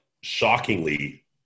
Shockingly